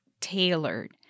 tailored